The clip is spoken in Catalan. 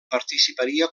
participaria